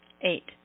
Eight